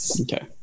Okay